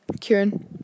Kieran